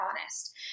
honest